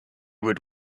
would